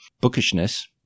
bookishness